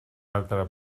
altre